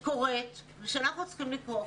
זו קריאה שאנחנו גם צריכים לקרוא.